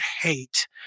hate